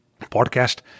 podcast